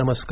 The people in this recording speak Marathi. नमस्कार